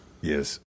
Yes